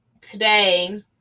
today